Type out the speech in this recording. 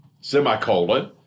semicolon